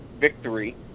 victory